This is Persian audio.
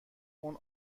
اون